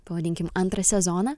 pavadinkim antrą sezoną